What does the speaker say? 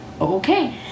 okay